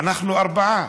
אנחנו ארבעה,